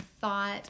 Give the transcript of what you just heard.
thought